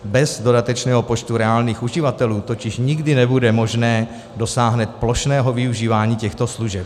Bez dodatečného počtu reálných uživatelů totiž nikdy nebude možné dosáhnout plošného využívání těchto služeb.